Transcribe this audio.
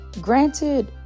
Granted